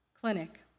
clinic